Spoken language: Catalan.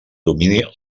domini